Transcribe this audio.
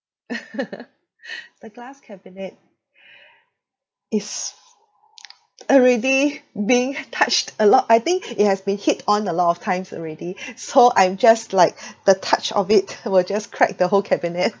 the glass cabinet is already being touched a lot I think it has been hit on a lot of times already so I'm just like the touch of it will just crack the whole cabinet